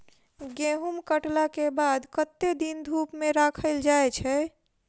गहूम कटला केँ बाद कत्ते दिन धूप मे सूखैल जाय छै?